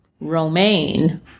Romaine